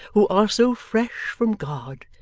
who are so fresh from god,